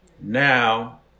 Now